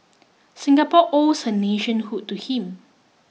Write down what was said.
Singapore owes her nationhood to him